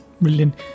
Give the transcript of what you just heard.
Brilliant